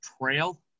trail